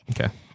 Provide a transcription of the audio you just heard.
Okay